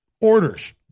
orders